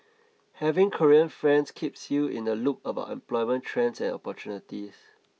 having Korean friends keeps you in the loop about employment trends and opportunities